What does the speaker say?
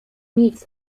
nic